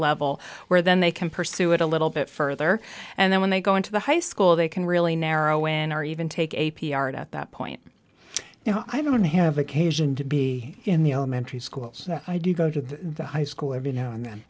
level where then they can pursue it a little bit further and then when they go into the high school they can really narrow in are even take a p art at that point you know i don't have occasion to be in the elementary schools i do go to the high school every now and then